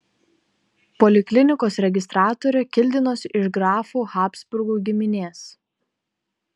poliklinikos registratorė kildinosi iš grafų habsburgų giminės